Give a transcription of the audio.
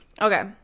okay